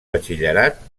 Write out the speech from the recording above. batxillerat